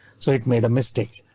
so it made a mistake.